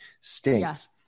stinks